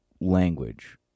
language